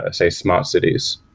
ah say, smart cities.